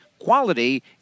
quality